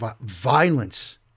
violence